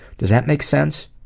does that make sense?